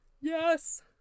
Yes